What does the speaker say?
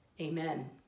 Amen